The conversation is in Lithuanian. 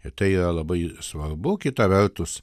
ir tai yra labai svarbu kita vertus